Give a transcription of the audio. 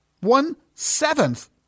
One-seventh